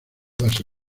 base